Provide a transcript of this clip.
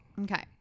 Okay